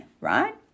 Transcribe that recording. right